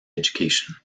education